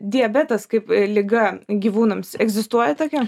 diabetas kaip liga gyvūnams egzistuoja tokia